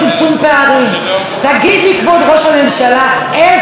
תגיד לי, כבוד ראש הממשלה, איזה גרפים אתה רואה?